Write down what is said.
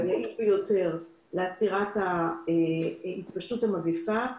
הכלי היעיל ביותר לעצירת התפשטות המגפה,